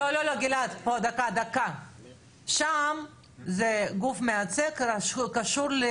לא, לא, גלעד, דקה, שם זה גוף מייצג, זה